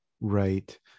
Right